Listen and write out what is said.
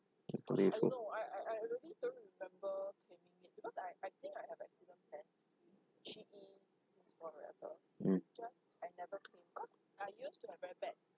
can claim for mm